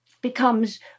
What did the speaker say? becomes